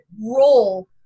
role